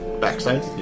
backside